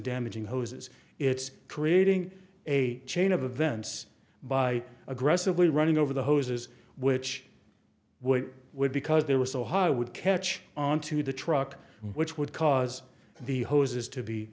damaging hoses it's creating a chain of events by aggressively running over the hoses which would would because they were so high would catch onto the truck which would cause the hoses to be